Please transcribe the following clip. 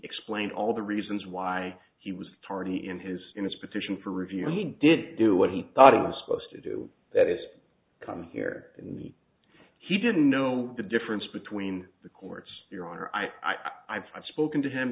explained all the reasons why he was tardy in his in his petition for review he didn't do what he thought it was supposed to do that is coming here and he didn't know the difference between the courts your honor i i've spoken to